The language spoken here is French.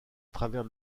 travers